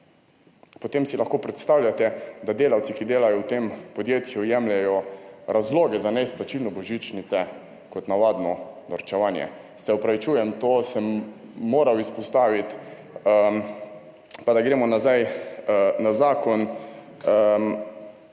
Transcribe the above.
Potem si lahko predstavljate, da delavci, ki delajo v tem podjetju, jemljejo razloge za neizplačilo božičnice kot navadno norčevanje. Se opravičujem, to sem moral izpostaviti. Da gremo nazaj na zakon